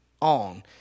on